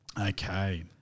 Okay